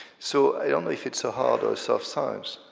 so i don't know if it's a hard or soft science.